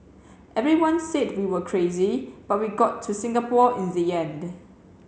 everyone said we were crazy but we got to Singapore in the end